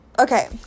okay